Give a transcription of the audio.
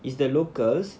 is the locals